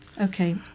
Okay